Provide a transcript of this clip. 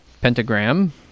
pentagram